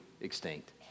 extinct